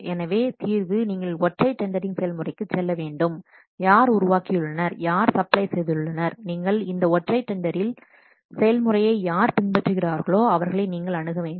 எனவே தீர்வு நீங்கள் ஒற்றை டெண்டரிங் செயல்முறைக்கு செல்ல வேண்டும் யார் உருவாக்கியுள்ளனர் யார் சப்ளை செய்துள்ளனர் நீங்கள் இந்த ஒற்றை டெண்டரில் செயல்முறையை யார் பின்பற்றுகிறார்களோ அவர்களை நீங்கள் அணுக வேண்டும்